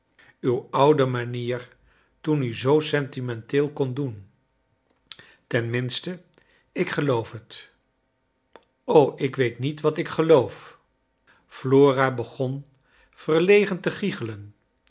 uw oude manier toen u zoo sentiment eel kon doen ten minste ik geloof bet o ik weet niet wat ik geloof flora begon verlegen te giegelen